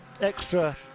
extra